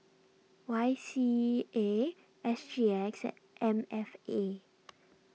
Y C A S G X and M F A